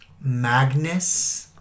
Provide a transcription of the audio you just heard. Magnus